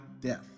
death